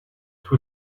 two